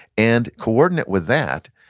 and coordinate with that,